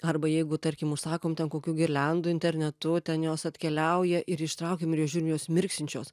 arba jeigu tarkim užsakom ten kokių girliandų internetu ten jos atkeliauja ir ištraukiam nu ir žiūrim jos mirksinčios